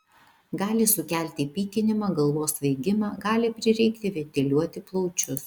gali sukelti pykinimą galvos svaigimą gali prireikti ventiliuoti plaučius